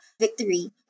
victory